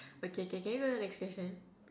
okay okay can you go to the next question